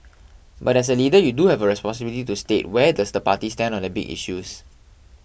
but as a leader you do have a responsibility to state where does the party stand on the big issues